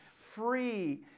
free